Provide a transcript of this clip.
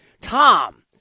Tom